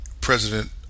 President